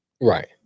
Right